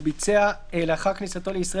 עכשיו אתגרת אותי.